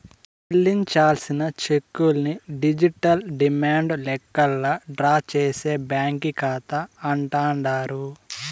చెల్లించాల్సిన చెక్కుల్ని digital demand లెక్కల్లా డ్రా చేసే బ్యాంకీ కాతా అంటాండారు